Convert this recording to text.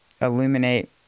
illuminate